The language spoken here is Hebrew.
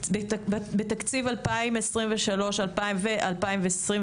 בתקציב 2023 ו-2024,